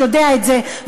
יודע את זה,